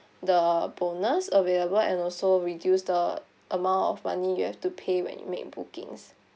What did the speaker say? the bonus available and also reduce the amount of money you have to pay when you make bookings